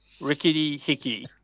Rickety-Hickey